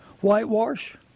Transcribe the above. whitewash